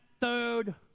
third